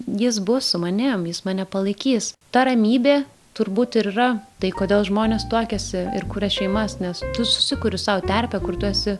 jis bus su manim jis mane palaikys ta ramybė turbūt ir yra tai kodėl žmonės tuokiasi ir kuria šeimas nes tu susikuri sau terpę kur tu esi